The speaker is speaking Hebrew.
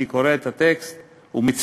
אני קורא את הטקסט ומצטמרר.